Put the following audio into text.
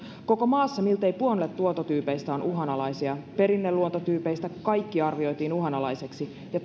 koko maassa miltei puolet luontotyypeistä on uhanalaisia perinneluontotyypeistä kaikki arvioitiin uhanalaisiksi ja